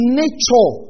nature